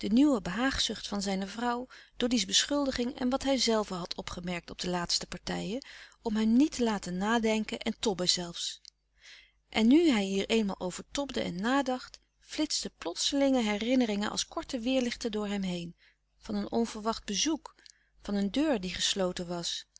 nieuwe behaagzucht van zijne vrouw doddy's beschuldiging en wat hijzelve had opgemerkt op de laatste partijen om hem niet te laten nadenken en tobben zelfs en nu hij hier eenmaal over tobde en nadacht flitsten plotselinge herinneringen als korte weêrlichten door hem heen van een onverwacht bezoek van een deur die gesloten was